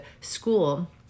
school